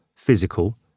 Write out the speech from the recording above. physical